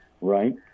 right